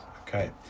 Okay